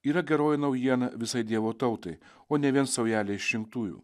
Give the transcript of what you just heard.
yra geroji naujiena visai dievo tautai o ne vien saujelei išrinktųjų